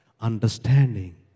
Understanding